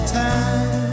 time